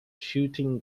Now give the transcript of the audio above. shooting